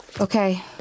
Okay